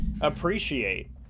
appreciate